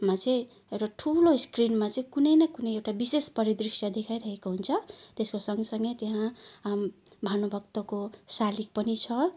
मा चाहिँ एउटा ठुलो स्क्रिनमा चाहिँ कुनै न कुनै एउटा विशेष परिदृश्य देखाइरहेको हुन्छ त्यसको सँगसँगै त्यहाँ हाम भानुभक्तको सालिक पनि छ